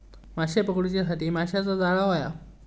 माशे पकडूच्यासाठी माशाचा जाळां होया